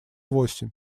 восемь